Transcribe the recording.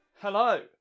Hello